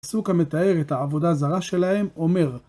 הפסוק המתאר את העבודה הזרה שלהם אומר